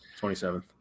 27th